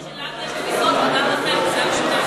זה שלנו יש תפיסות זה דבר אחר, בזה,